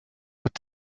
could